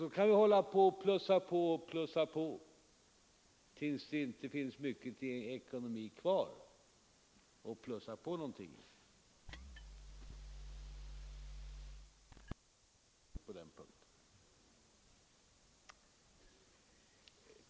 Så kan vi hålla på och plussa på tills det inte finns mycket till ekonomi kvar att plussa på någonting i. Jag skulle ändå vilja uttala ett varningens ord på den punkten.